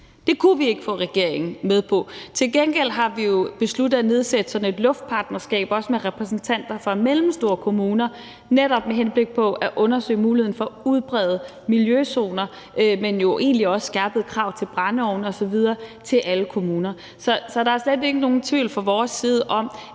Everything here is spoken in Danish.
Det kunne vi ikke få regeringen med på. Til gengæld har vi jo besluttet at nedsætte sådan et luftpartnerskab også med repræsentanter fra mellemstore kommuner netop med henblik på at undersøge muligheden for at udbrede miljøzoner, men jo egentlig også skærpede krav til brændeovne osv., til alle kommuner. Så der er slet ikke nogen tvivl fra vores side om,